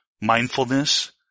mindfulness